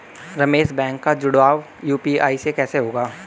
Ramesh bank का जुड़ाव UPI से कैसे होगा?